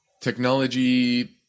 technology